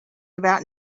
about